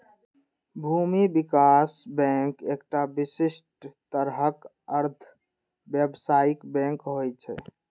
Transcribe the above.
भूमि विकास बैंक एकटा विशिष्ट तरहक अर्ध व्यावसायिक बैंक होइ छै